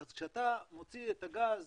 אז כשאתה מוציא את הגז